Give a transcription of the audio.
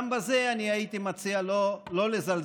גם בזה אני הייתי מציע לא לזלזל,